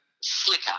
slicker